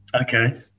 Okay